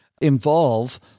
involve